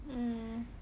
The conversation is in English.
mm